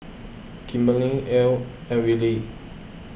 Kimberley Elayne and Willy